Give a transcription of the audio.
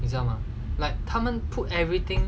你知道吗 like 他们 put everything